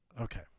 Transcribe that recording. okay